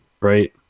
right